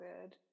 good